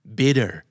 bitter